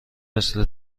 مثل